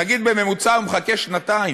נגיד, בממוצע, הוא מחכה שנתיים,